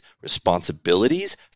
responsibilities